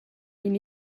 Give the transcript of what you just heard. ina